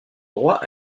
droit